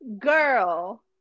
Girl